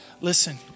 Listen